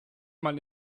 mal